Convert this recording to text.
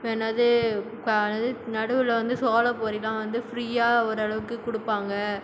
என்னது இப்போ என்னது நடுவில் வந்து சோள பொரியெலாம் வந்து ஃப்ரீயாக ஒரு அளவுக்கு கொடுப்பாங்க